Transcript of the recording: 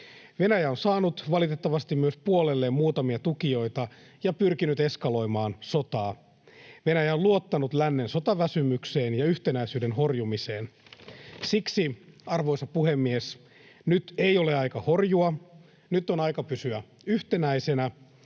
Venäjä on saanut valitettavasti myös puolelleen muutamia tukijoita ja pyrkinyt eskaloimaan sotaa. Venäjä on luottanut lännen sotaväsymykseen ja yhtenäisyyden horjumiseen. Siksi, arvoisa puhemies, nyt ei ole aika horjua, nyt on aika pysyä yhtenäisenä,